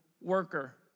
worker